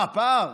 מה הפער?